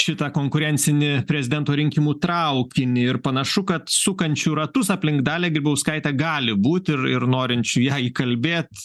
šitą konkurencinį prezidento rinkimų traukinį ir panašu kad sukančių ratus aplink dalią grybauskaitę gali būt ir ir norinčių ją įkalbėt